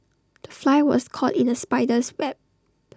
the fly was caught in the spider's web